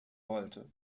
wollte